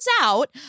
out